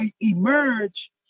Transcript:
emerge